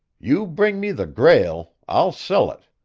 you bring me the grail, i'll sell it,